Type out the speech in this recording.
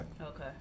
Okay